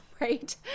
right